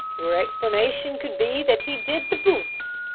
your explanation could be that he did the boots.